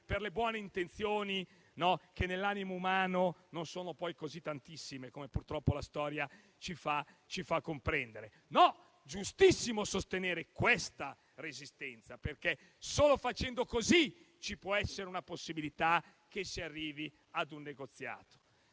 alle buone intenzioni, che nell'animo umano non sono poi così tante, come purtroppo la storia ci fa comprendere. Al contrario, trovo giustissimo sostenere questa resistenza, perché solo facendo così ci può essere una possibilità che si arrivi a un negoziato.